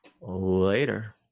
Later